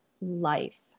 life